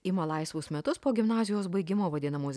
ima laisvus metus po gimnazijos baigimo vadinamos